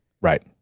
Right